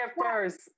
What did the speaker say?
first